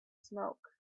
smoke